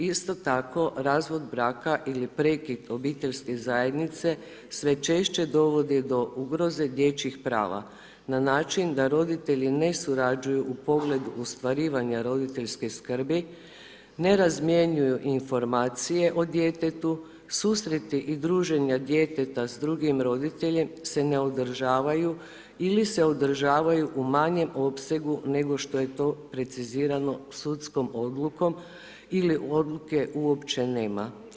Isto tako, razvod braka ili prekid obiteljske zajednice sve češće dovodi do ugroze dječjih prava na način da roditelji ne surađuju u pogledu ostvarivanja roditeljske skrbi, ne razmjenjuju informacije o djetetu, susreti i druženja djeteta s drugim roditeljem se ne održavaju ili se održavaju u manjem opsegu nego što je to precizirano sudskom odlukom ili odluke uopće nema.